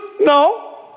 no